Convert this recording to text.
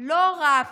לא רק